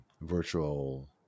virtual